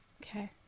Okay